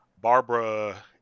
Barbara